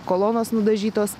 kolonos nudažytos